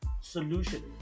solution